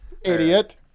Idiot